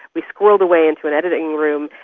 we squirreled away into an editing room,